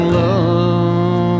love